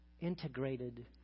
integrated